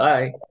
Bye